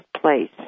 place